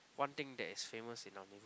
one thing that is famous in our